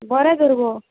बरें तर गो